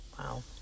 Wow